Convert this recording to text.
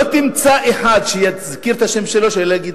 לא תמצא אחד שיזכיר את השם שלו ולא יגיד